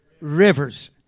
Rivers